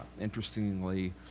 interestingly